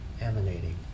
emanating